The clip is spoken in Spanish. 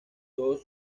todos